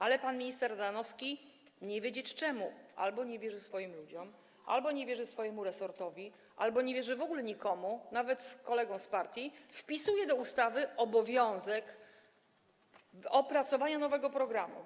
Ale pan minister Ardanowski, nie wiedzieć czemu, albo nie wierzy swoim ludziom, albo nie wierzy swojemu resortowi, albo nie wierzy w ogóle nikomu, nawet kolegom z partii, i wpisuje do ustawy obowiązek opracowania nowego programu.